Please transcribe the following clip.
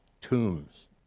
tombs